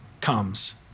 comes